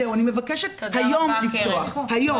זהו, אני מבקשת היום לפתוח, היום.